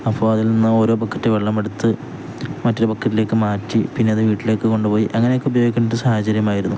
അപ്പോള് അതിൽ നിന്ന് ഓരോ ബക്കറ്റ് വെള്ളമെടുത്തു മറ്റൊരു ബക്കറ്റിലേക്കു മാറ്റി പിന്നെ അതു വീട്ടിലേക്കു കൊണ്ടുപോയി അങ്ങനെയൊക്കെ ഉപയോഗിക്കേണ്ട ഒരു സാഹചര്യമായിരുന്നു